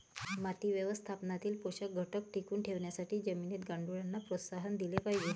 माती व्यवस्थापनातील पोषक घटक टिकवून ठेवण्यासाठी जमिनीत गांडुळांना प्रोत्साहन दिले पाहिजे